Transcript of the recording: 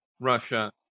Russia